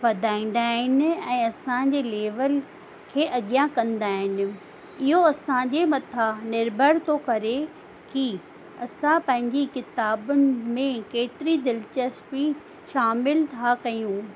वधाईंदा आहिनि ऐं असांजे लेवल खे अॻियां कंदा आहिनि इहो असांजे मथा निर्भर थो करे की असां पंहिंजी किताबुनि में केतिरी दिलचस्पी शामिल था कयूं